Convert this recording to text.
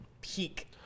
peak